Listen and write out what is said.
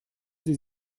sie